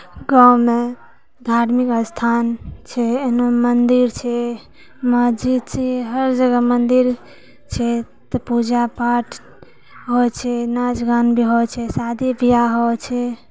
गाँवमे धार्मिक स्थान छै एन्ने मन्दिर छै मस्जिद छै हर जगह मन्दिर छै तऽ पूजा पाठ होइ छै नाच गान भी होइ छै शादी ब्याह होइ छै